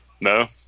No